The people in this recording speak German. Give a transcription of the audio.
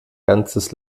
ganzes